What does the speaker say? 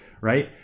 right